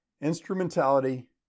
Instrumentality